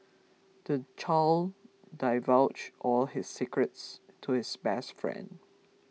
the child divulged all his secrets to his best friend